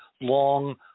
long